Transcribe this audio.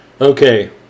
Okay